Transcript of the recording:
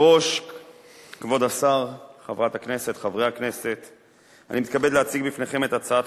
חבר הכנסת שאמה, גם זה שלך?